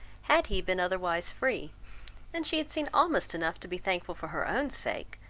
had he been otherwise free and she had seen almost enough to be thankful for her own sake,